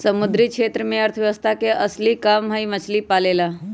समुद्री क्षेत्र में अर्थव्यवस्था के असली काम हई मछली पालेला